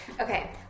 Okay